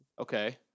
Okay